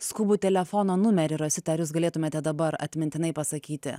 skubų telefono numerį rosita ar jūs galėtumėte dabar atmintinai pasakyti